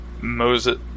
Moses